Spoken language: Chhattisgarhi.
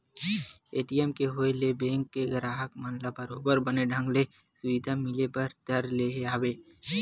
ए.टी.एम के होय ले बेंक के गराहक मन ल बरोबर बने ढंग ले सुबिधा मिले बर धर ले हवय